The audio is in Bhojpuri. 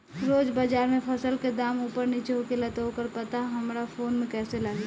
रोज़ बाज़ार मे फसल के दाम ऊपर नीचे होखेला त ओकर पता हमरा फोन मे कैसे लागी?